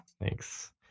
Thanks